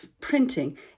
printing